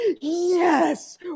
yes